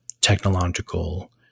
technological